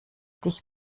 dich